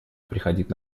приходить